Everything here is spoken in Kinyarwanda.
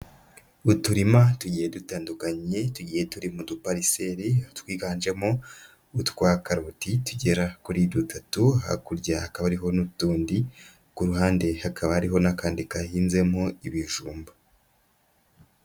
Uturima tugiye dutandukanye, tugiye turi mu dupariseri, twiganjemo utwa karoti tugera kuri dutatu, hakurya hakaba hariho n'utundi, ku ruhande hakaba ari n'akandi gahinzemo ibijumba.